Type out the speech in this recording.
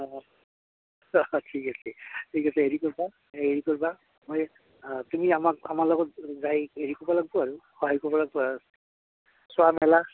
অঁ ঠিক আছে ঠিক আছে হেৰি কৰবা হেৰি কৰবা মই তুমি আমাক আমাৰ লগত যাই হেৰি কৰা লাগব আৰু সহায় কৰিব লাগব চোৱা মেলা